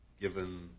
given